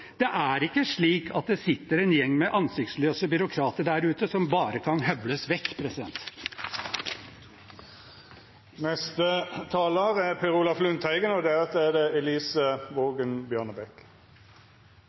Det er ikke slik at det sitter en gjeng med ansiktsløse byråkrater der ute som bare kan høvles vekk. Et velorganisert arbeidsliv er en forutsetning for et trygt familieliv. Gjennom kriseforliket mellom Bondepartiet og